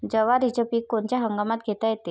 जवारीचं पीक कोनच्या हंगामात घेता येते?